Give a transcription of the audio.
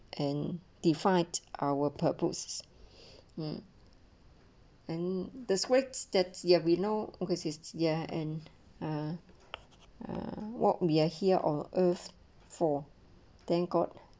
and defied our purpose and the swift steps you've you know oasis ya and uh uh what we are here on earth for thank god